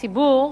הציבור,